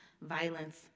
violence